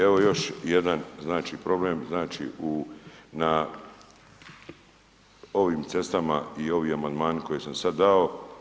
Evo još jedan znači problem u na ovim cestama i ovi amandmani koje sam sad dao.